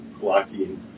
blocking